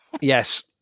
Yes